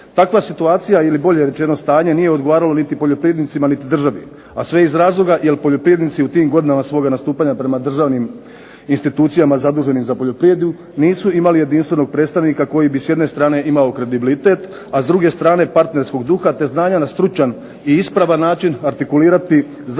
Takva situacija ili bolje rečeno stanje nije odgovaralo niti poljoprivrednicima niti državi, a sve iz razloga jer poljoprivrednici u tim godinama svoga nastupanja prema državnim institucijama zaduženim za poljoprivredu nisu imali jedinstvenog predstavnika koji bi s jedne strane imao kredibilitet a s druge strane partnerskog duha te znanja na stručan i ispravan način artikulirati zajedničke